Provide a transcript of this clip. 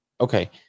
okay